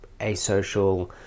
asocial